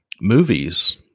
movies